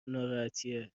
ناراحتیه